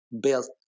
built